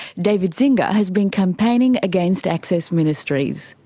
david zyngier has been campaigning against access ministries.